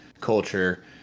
culture